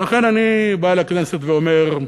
ולכן אני בא לכנסת ואומר,